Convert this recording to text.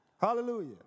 Hallelujah